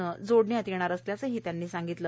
नं जोडण्यात येणार असल्याचंही त्यांना सांगितलं